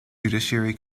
judiciary